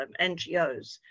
NGOs